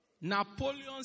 Napoleon